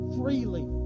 freely